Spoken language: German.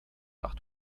acht